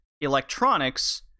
electronics